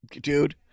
Dude